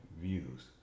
views